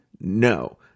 No